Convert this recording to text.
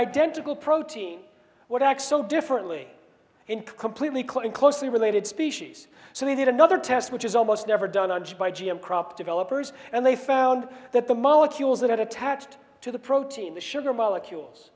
identical protein what acts so differently and completely clear in closely related species so they did another test which is almost never done on just by g m crop developers and they found that the molecules that had attached to the protein the sugar molecules